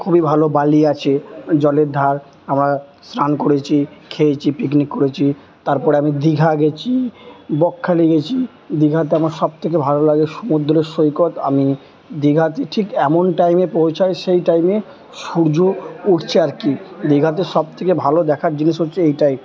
খুবই ভালো বালি আছে জলের ধার আবার স্নান করেছি খেয়েছি পিননিক করেছি তারপরে আমি দীঘা গেছি বকখালি গেছি দীঘাতে আমার সব থেকে ভালো লাগে সমুদ্র সৈকত আমি দীঘাতে ঠিক এমন টাইমে পৌঁছাই সেই টাইমে সূর্য উঠছে আর কি দীঘাতে সব থেকে ভালো দেখার জিনিস হচ্ছে ওইটাই